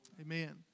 Amen